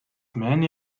many